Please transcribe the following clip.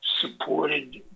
supported